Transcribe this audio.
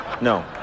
No